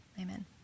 Amen